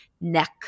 neck